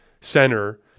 center